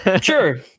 Sure